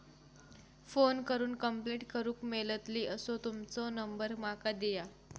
Phone करून complaint करूक मेलतली असो तुमचो नंबर माका दिया?